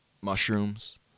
mushrooms